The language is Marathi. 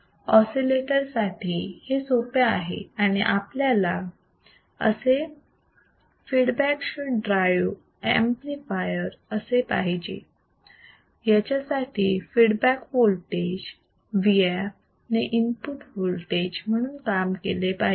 ऑसिलेटर साठी हे सोपे आहे आणि आपल्याला feedback should drive the amplifier असे पाहिजे त्याच्यासाठी फीडबॅक वोल्टेज Vf ने इनपुट वोल्टेज म्हणून काम केले पाहिजे